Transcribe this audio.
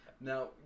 now